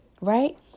Right